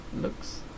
Looks